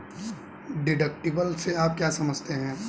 Deductible से आप क्या समझते हैं?